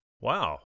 Wow